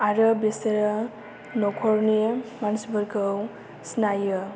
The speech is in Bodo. आरो बिसोरो नखरनि मानसिफोरखौ सिनायो